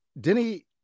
Denny